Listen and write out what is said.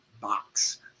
box